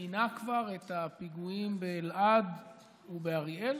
גינה כבר את הפיגועים באלעד ובאריאל?